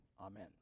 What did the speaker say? Amen